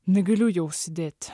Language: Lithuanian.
negaliu jau sėdėt